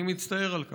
אני מצטער על כך.